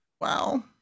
wow